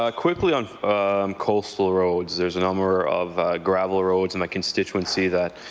ah quickly on coastal roads, there is a number of gravel roads in my constituency that